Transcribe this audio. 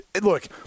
Look